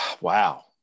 wow